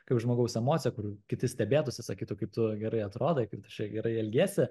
kaip žmogaus emocija kur kiti stebėtųsi sakytų kaip tu gerai atrodai kaip tu čia gerai elgiesi